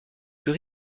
plus